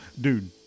dude